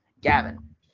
Gavin